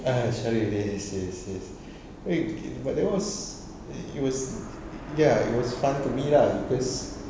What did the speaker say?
ah syaril yes yes yes it but that was eh it was ya it was fun to me lah because